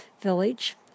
Village